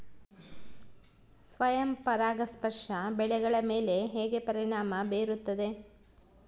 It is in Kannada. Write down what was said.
ಸ್ವಯಂ ಪರಾಗಸ್ಪರ್ಶ ಬೆಳೆಗಳ ಮೇಲೆ ಹೇಗೆ ಪರಿಣಾಮ ಬೇರುತ್ತದೆ?